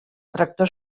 tractor